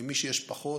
מי שיש לו פחות,